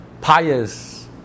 pious